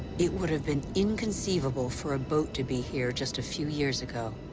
it would have been inconceivable for a boat to be here just a few years ago.